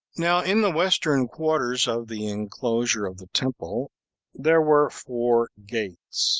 now in the western quarters of the enclosure of the temple there were four gates